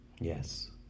Yes